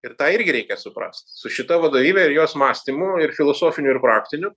ir tą irgi reikia suprast su šita vadovybe ir jos mąstymu ir filosofiniu ir praktiniu